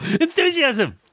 Enthusiasm